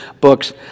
books